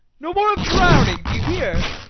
no more of drowning, do you hear?